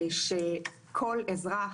שכמו שאמרת,